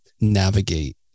navigate